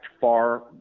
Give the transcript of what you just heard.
far